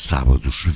Sábados